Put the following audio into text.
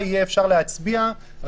אני אשמח להתייחס לשלוש ההסתייגויות.